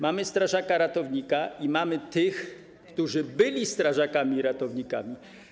Mamy strażaków ratowników i mamy tych, którzy byli strażakami ratownikami.